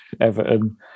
Everton